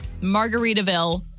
Margaritaville